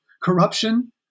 corruption